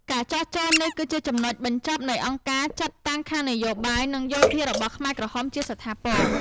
ការចុះចូលនេះគឺជាចំណុចបញ្ចប់នៃអង្គការចាត់តាំងខាងនយោបាយ និងយោធារបស់ខ្មែរក្រហមជាស្ថាពរ។